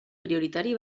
prioritari